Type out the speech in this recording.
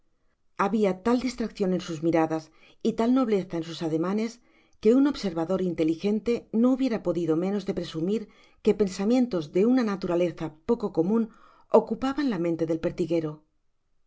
habia tal distraccion en sus miradas y tal nobleza en sus ademanes que un observador inteligente no hubiera podido menos de presumir que pensamientos de una naturaleza poco comun ocupaban la mente del pertiguero no